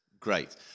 Great